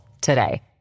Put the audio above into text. today